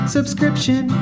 Subscription